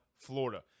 Florida